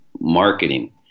marketing